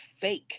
fake